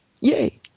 Yay